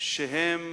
שהם